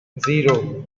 zero